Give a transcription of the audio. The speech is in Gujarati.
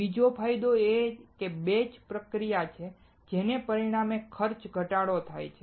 બીજો ફાયદો એ બેચ પ્રક્રિયા છે જેના પરિણામે ખર્ચ ઘટાડો થાય છે